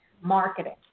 marketing